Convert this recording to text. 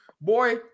boy